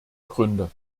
gründe